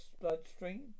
bloodstream